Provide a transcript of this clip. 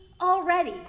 already